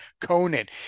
Conan